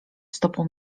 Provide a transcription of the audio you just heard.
stopą